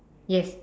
yes